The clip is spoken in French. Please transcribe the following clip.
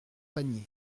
panier